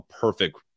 perfect